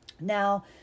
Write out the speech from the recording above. Now